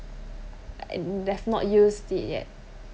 that's not use d~ yet